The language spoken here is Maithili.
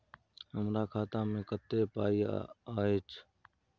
हमरा खाता में कत्ते पाई अएछ?